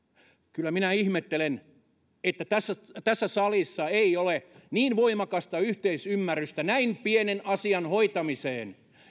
kyllä minä ihmettelen että tässä tässä salissa ei ole niin voimakasta yhteisymmärrystä näin pienen asian hoitamiseen